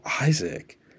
Isaac